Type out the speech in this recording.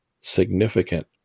significant